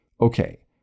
Okay